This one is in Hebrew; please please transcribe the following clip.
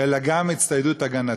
אלא גם הצטיידות הגנתית.